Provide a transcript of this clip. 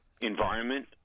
environment